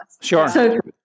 Sure